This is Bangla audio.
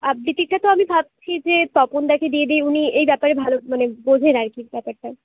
আবৃত্তিটা তো আমি ভাবছি যে তপনদাকে দিয়ে দিই উনি এই ব্যাপারে ভালো মানে বোঝেন আর কি ব্যাপারটা